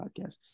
podcast